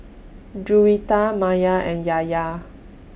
Juwita Maya and Yahya